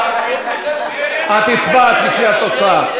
את הצבעת, לפי התוצאה.